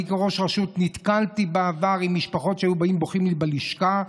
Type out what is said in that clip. אני כראש רשות נתקלתי בעבר במשפחות שהיו באות ובוכות לי בלשכה: